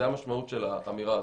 זה המשמעות של האמירה הזאת.